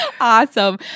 Awesome